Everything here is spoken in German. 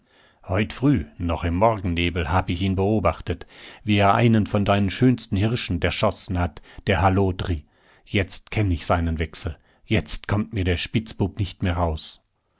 heut früh noch im morgennebel hab ich ihn beobachtet wie er einen von deinen schönsten hirschen derschossen hat der hallodri jetzt kenn ich seinen wechsel jetzt kommt mir der spitzbub nicht mehr aus